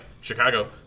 Chicago